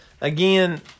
again